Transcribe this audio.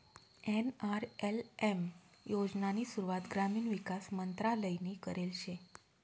NRLM योजनानी सुरुवात ग्रामीण विकास मंत्रालयनी करेल शे